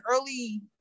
early